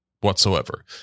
whatsoever